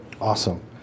Awesome